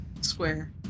Square